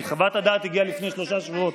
כי חוות הדעת הגיעה לפני שלושה שבועות,